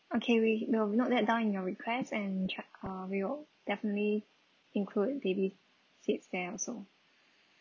okay we will note that down in your requests and che~ uh we will definitely include baby seats there also